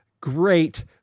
Great